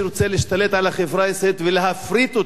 להשתלט על החברה הישראלית ולהפריט אותה,